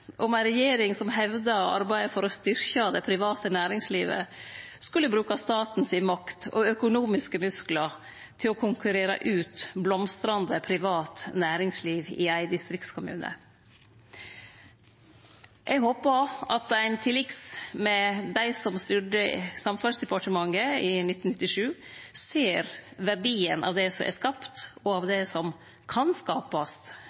om ei regjering som hevdar at arbeidet for å styrkje det private næringslivet skulle bruke staten si makt og økonomiske musklar til å konkurrere ut blomstrande privat næringsliv i ein distriktskommune. Eg håpar at ein til liks med dei som styrde Samferdselsdepartementet i 1997, ser verdien av det som er skapt, og av det som kan skapast,